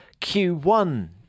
Q1